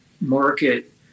market